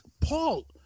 Paul